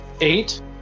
eight